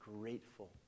grateful